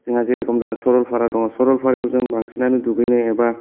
जोंहा जेरेखम सरलफारा दं सरलफारायाव जों बांसिनानो दुगैनो एबा